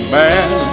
man